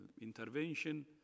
intervention